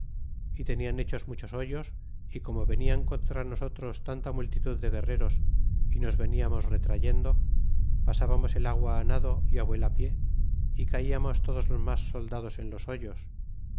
y teniatt hechos muchos hoyos y como venian contra nosotros tanta multitud de guerreros y nos veníamos retrayendo pasábamos el agua nado e á vuela pie é calamos todos los mas soldados en los hoyos